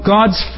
God's